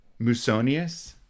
Musonius